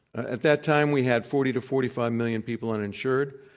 at that time, we had forty to forty five million people uninsured.